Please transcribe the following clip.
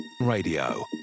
Radio